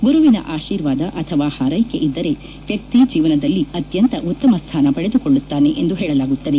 ಗುರುವಿನ ಆಶೀರ್ವಾದ ಅಥವಾ ಹಾರೈಕೆ ಇದ್ದರೆ ವ್ಯಕ್ತಿ ಜೀವನದಲ್ಲಿ ಅತ್ತಂತ ಉತ್ತಮ ಸ್ವಾನ ಪಡೆದುಕೊಳ್ಳುತ್ತಾನೆ ಎಂದು ಹೇಳಲಾಗುತ್ತದೆ